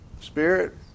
Spirit